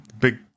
big